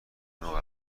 قرارداد